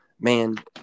man